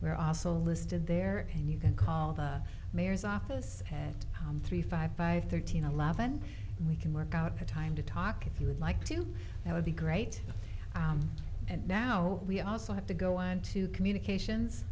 we're also listed there and you can call the mayor's office head three five five thirteen eleven and we can work out a time to talk if you would like to i would be great and now we also have to go on to communications